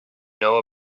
know